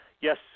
Yes